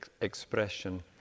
expression